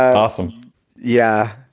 awesome yeah